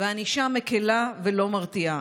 והענישה מקילה ולא מרתיעה.